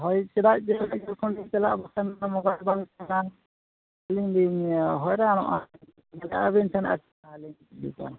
ᱦᱳᱭ ᱪᱮᱫᱟᱜ ᱡᱮ ᱡᱚᱠᱷᱚᱱ ᱞᱤᱧ ᱪᱟᱞᱟᱜᱼᱟ ᱵᱟᱠᱷᱟᱱ ᱫᱚ ᱢᱳᱵᱟᱭᱤᱞ ᱵᱟᱝ ᱛᱟᱦᱮᱱᱟ ᱟᱹᱞᱤᱧ ᱞᱤᱧ ᱦᱚᱭᱨᱟᱱᱚᱜᱼᱟ ᱟᱹᱵᱤᱱ ᱴᱷᱮᱱ ᱩᱫᱩᱜᱟ